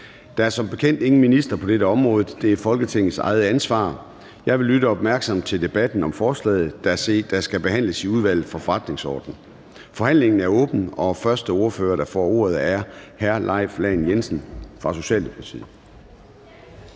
Der er som bekendt ingen minister på dette område. Det er Folketingets eget ansvar. Jeg vil lytte opmærksomt til debatten om forslaget, der skal behandles i Udvalget for Forretningsordenen. Forhandlingen er åbnet, og første ordfører, der får ordet, er hr. Leif Lahn Jensen fra Socialdemokratiet.